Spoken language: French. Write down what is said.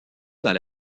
dans